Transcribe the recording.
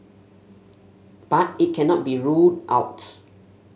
but it cannot be ruled out